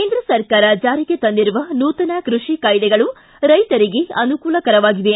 ಕೇಂದ್ರ ಸರಕಾರ ಜಾರಿಗೆ ತಂದಿರುವ ನೂತನ ಕೃಷಿ ಕಾಯ್ದೆಗಳು ರೈತರಿಗೆ ಅನುಕೂಲಕರವಾಗಿವೆ